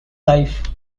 life